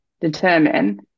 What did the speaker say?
determine